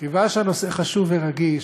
כיוון שהנושא חשוב ורגיש,